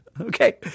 okay